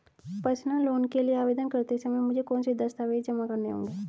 Personal loan के लिए आवेदन करते समय मुझे कौन से दस्तावेज़ जमा करने होंगे?